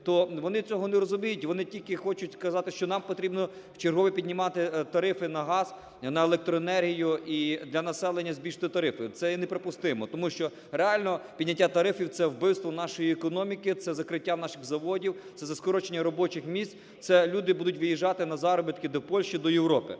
то вони цього не розуміють, вони тільки хочуть сказати, що нам потрібно в чергове піднімати тарифи на газ, на електроенергію і для населення збільшувати тарифи. Це є неприпустимо. Тому що реально підняття тарифів – це вбивство нашої економіки, це закриття наших заводів, це скорочення робочих місць, це люди будуть виїжджати на заробітки до Польщі, до Європи.